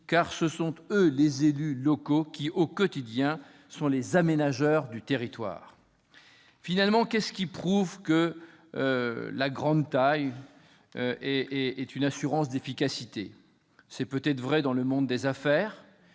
car ce sont les élus locaux, qui, au quotidien, sont les aménageurs du territoire. Finalement, qu'est-ce qui prouve qu'une grande taille est une assurance d'efficacité ? C'est peut-être vrai dans le monde des affaires,